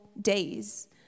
days